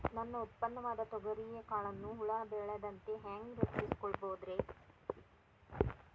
ನನ್ನ ಉತ್ಪನ್ನವಾದ ತೊಗರಿಯ ಕಾಳುಗಳನ್ನ ಹುಳ ಬೇಳದಂತೆ ಹ್ಯಾಂಗ ರಕ್ಷಿಸಿಕೊಳ್ಳಬಹುದರೇ?